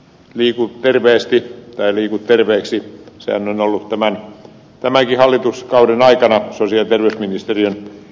liiku terveesti tai liiku terveeksi sehän on ollut tämänkin hallituskauden aikana sosiaali ja terveysministeriön iskulauseita